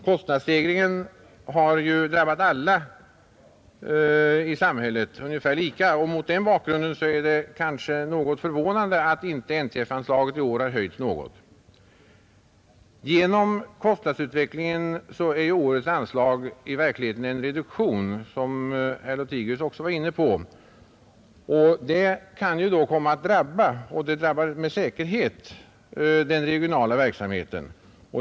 Kostnadsstegringen har ju drabbat alla i samhället ungefär lika, och mot den bakgrunden är det kanske något förvånande att NTF-anslaget i år inte föreslås bli höjt. På grund av kostnadsutvecklingen innebär årets anslag i verkligheten en reduktion, något som herr Lothigius också var inne på. Detta drabbar med säkerhet den regionala verksamheten.